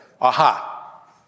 Aha